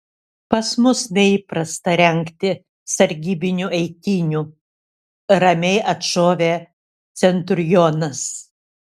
pas mus neįprasta rengti sargybinių eitynių ramiai atšovė centurionas